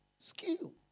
Skill